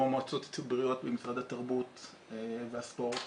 או המועצות הציבוריות במשרד התרבות והספורט,